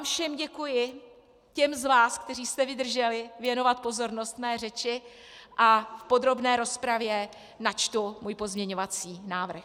Všem vám děkuji, těm z vás, kteří jste vydrželi věnovat pozornost mé řeči, a v podrobné rozpravě načtu můj pozměňovací návrh.